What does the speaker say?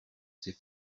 ses